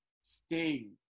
sting